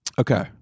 Okay